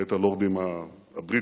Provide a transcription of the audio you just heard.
בית הלורדים הבריטי,